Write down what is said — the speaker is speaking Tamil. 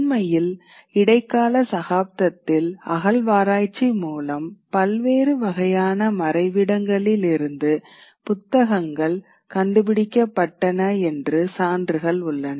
உண்மையில் இடைக்கால சகாப்தத்தில் அகழ்வாராய்ச்சி மூலம் பல்வேறு வகையான மறைவிடங்களிலிருந்து புத்தகங்கள் கண்டுபிடிக்கப்பட்டன என்று சான்றுகள் உள்ளன